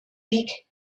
beak